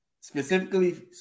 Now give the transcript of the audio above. specifically